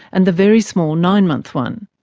and the very small nine-month one.